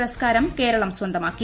പുരസ്കാരം കേരളം സ്വന്തമാക്കി